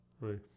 Right